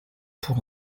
pour